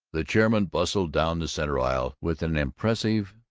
the chairman bustled down the center aisle with an impressive,